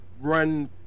run